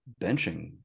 benching